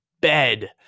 bed